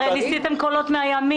הרי ניסיתם לקבל קולות מהימין.